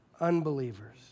unbelievers